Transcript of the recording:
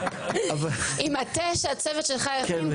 עם התה שהצוות שלך יכין,